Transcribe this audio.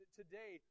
today